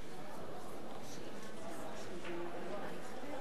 אנחנו מחדשים את הישיבה.